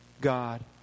God